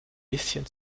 bisschen